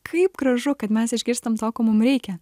kaip gražu kad mes išgirstam to ko mum reikia